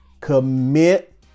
commit